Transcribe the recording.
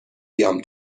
بیام